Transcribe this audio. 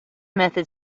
method